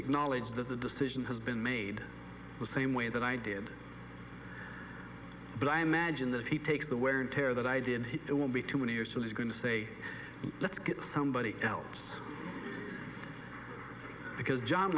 acknowledge that the decision has been made the same way that i did but i imagine that if he takes the wear and tear that i did it won't be too many years till he's going to say let's get somebody else because john